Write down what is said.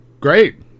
great